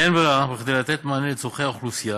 באין ברירה, וכדי לתת מענה על צורכי האוכלוסייה,